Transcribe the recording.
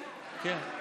כן.